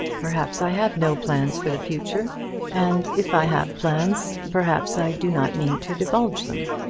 perhaps i have no plans for the future and if i have plans, perhaps i do not mean to divulge them.